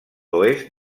oest